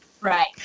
Right